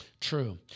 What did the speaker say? True